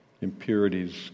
impurities